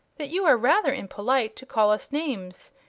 that you are rather impolite to call us names,